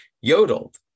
yodeled